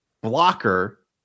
blocker